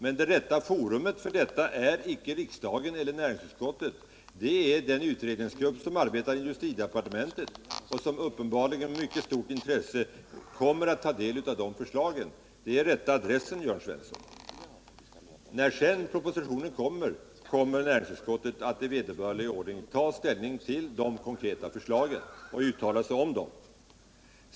Men rätt forum för dessa förslag är icke riksdagen eller näringsutskottet — det är den utredningsgrupp som arbetar inom industridepartementet och som uppenbarligen med mycket stort intresse kommer att ta del av förslagen: det är rätta adressen, Jörn Svensson. När sedan propositionen framläggs kommer näringsutskottet att i vederbörlig ordning ta ställning till de konkreta förslagen i den och uttala sig om dem.